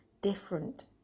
different